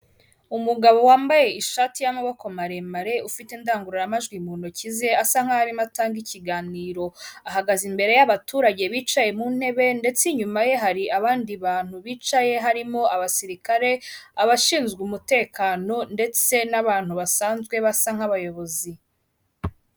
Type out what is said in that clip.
Umugabo wambaye ishati y'amaboko maremare, ufite indangururamajwi mu ntoki ze, asa nkaho arimo atanga ikiganiro. Ahagaze imbere y'abaturage bicaye mu ntebe, ndetse inyuma ye hari abandi bantu bicaye harimo abasirikare, abashinzwe umutekano, ndetse n'abantu basanzwe basa nk'abayobozi.